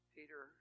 Peter